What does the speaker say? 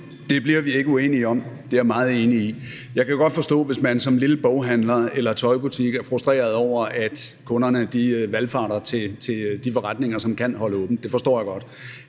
Det bliver vi ikke uenige om – det er jeg meget enig i. Jeg kan godt forstå, hvis man som lille boghandler eller som tøjbutik er frustreret over, at kunderne valfarter til de forretninger, som kan holde åbent – det forstår jeg godt.